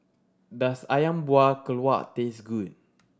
does Ayam Buah Keluak taste good